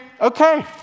Okay